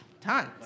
Tons